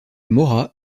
mora